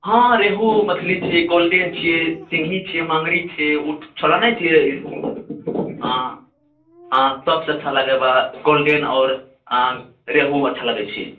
हाँ रेहू मछली छिऐ गोल्डेन छिऐ सिङ्गहि छिऐ माँगरी छिऐ ओ छलऽ नहि चिन्है हाँ हाँ सभसँ अच्छा लगै बा गोल्डेन आओर अऽ रेहू अच्छा लगै छै